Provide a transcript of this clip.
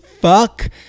fuck